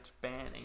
banning